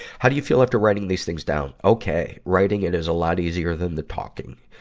how do you feel after writing these things down? okay. writing it is a lot easier than the talking.